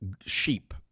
sheep